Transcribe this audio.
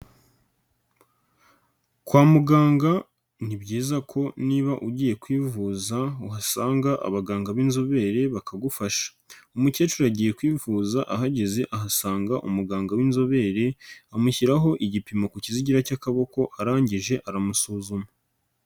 Kwa muganga ni byiza ko niba ugiye kwivuza uhasanga abaganga b'inzobere bakagufasha, umukecuru agiye kwivuza ahageze ahasanga umuganga w'inzobere amushyiraho igipimo ku kizigira cy'akaboko, arangije aramusuzuma.